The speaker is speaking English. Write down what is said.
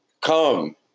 come